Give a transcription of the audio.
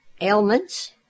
ailments